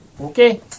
Okay